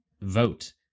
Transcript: vote